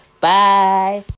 Bye